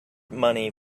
money